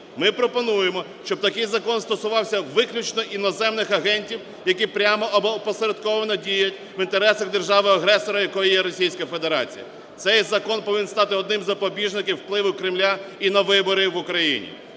Ми пропонуємо, щоб такий закон стосувався виключно іноземних агентів, які прямо або опосередковано діють в інтересах держави-агресора, якою є Російська Федерація. Цей закон повинен стати одним із запобіжників впливу Кремля і на вибори в Україні.